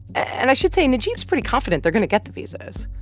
and i should say najeeb's pretty confident they're going to get the visas.